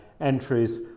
entries